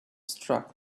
struck